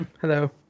hello